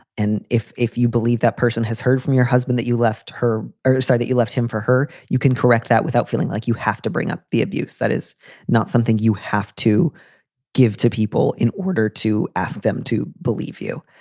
and if if you believe that person has heard from your husband that you left her side, that you left him for her. you can correct that without feeling like you have to bring up the abuse. that is not something you have to give to people in order to ask them to believe you.